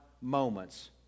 moments